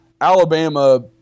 Alabama